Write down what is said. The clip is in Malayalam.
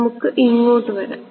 നമുക്ക് ഇങ്ങോട്ട് വരാം